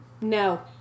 No